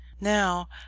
Now